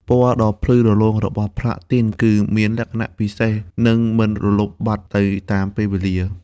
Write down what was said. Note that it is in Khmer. ពណ៌ដ៏ភ្លឺរលោងរបស់ផ្លាទីន គឺមានលក្ខណៈពិសេស និងមិនរលុបបាត់ទៅតាមពេលវេលា។